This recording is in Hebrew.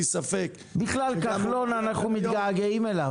בכלל, אנחנו מתגעגעים אליו.